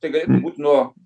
tai galėtų būt nuo